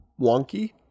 wonky